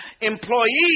employees